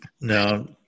Now